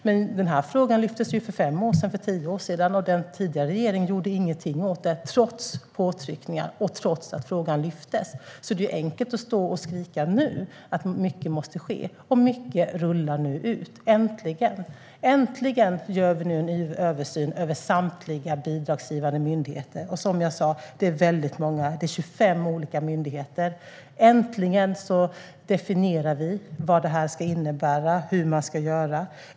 Men frågan lyftes upp för fem och tio år sedan, och den tidigare regeringen gjorde ingenting åt det, trots påtryckningar och trots att frågan lyftes upp. Det är enkelt att stå och skrika nu att mycket måste ske. Mycket rullar nu ut, äntligen. Äntligen gör vi en översyn över samtliga bidragsgivande myndigheter. Och som jag sa är det väldigt många. Det är 25 olika myndigheter. Äntligen definierar vi vad det här ska innebära, hur man ska göra.